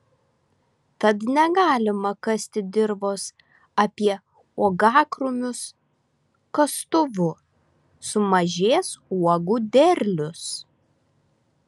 tad negalima kasti dirvos apie uogakrūmius kastuvu sumažės uogų derlius